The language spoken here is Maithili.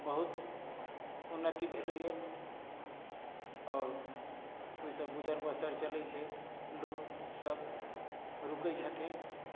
बहुत उन्नति भेलैया आओर ओहि सऽ गुजर बसर चलै छै लोक सब रुकै छथिन